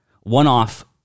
one-off